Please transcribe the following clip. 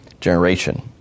generation